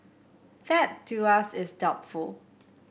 that to us is doubtful